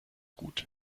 gut